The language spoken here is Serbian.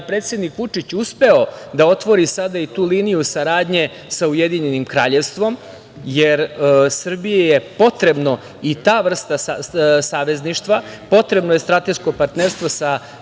predsednik Vučić uspeo da otvori sada i tu liniju saradnje sa UK, jer Srbiji je potrebna i ta vrsta savezništva, potrebno je strateško partnerstvo sa